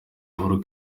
uhuru